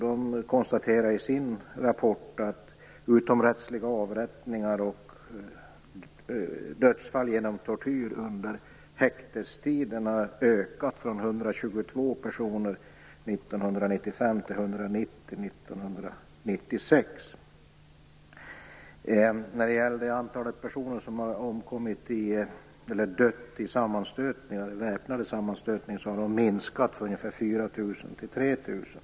Den konstaterar i sin rapport att utomrättsliga avrättningar och dödsfall genom tortyr under häktestiden har ökat från 122 personer under 1995 till 190 under 1996. När det gäller antalet personer som har dött i väpnade sammanstötningar har det minskat från ca 4 000 till 3 000.